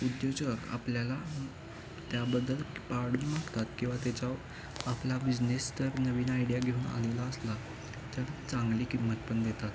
उद्योजक आपल्याला त्याबद्दल पाडून मागतात किंवा त्याचा आपला बिझनेस तर नवीन आयडिया घेऊन आलेला असला तर चांगली किंमत पण देतात